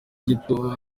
gito